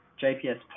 JPS